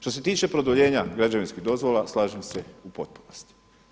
Što se tiče produljenja građevinskih dozvola, slažem se u potpunosti.